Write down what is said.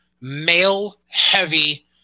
male-heavy